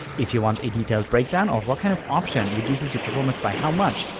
if you want a detailed breakdown of what kind of option reduces your performance by how much,